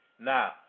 Now